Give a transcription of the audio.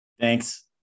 Thanks